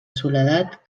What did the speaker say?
soledat